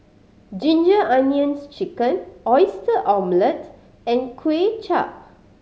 Ginger Onions Chicken Oyster Omelette and Kway Chap